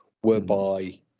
whereby